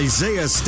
Isaiah